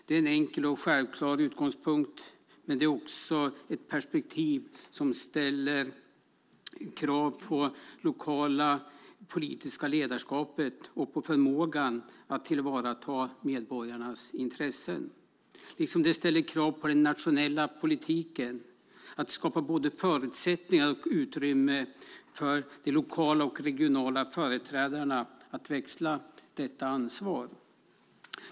Det är en enkel och självklar utgångspunkt, men det är också ett perspektiv som ställer krav på det lokala politiska ledarskapet och på förmågan att tillvarata medborgarnas intressen. Det ställer också krav på den nationella politiken att skapa både förutsättningar och utrymme för de lokala och regionala företrädarna att axla detta ansvar.